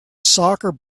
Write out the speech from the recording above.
soccer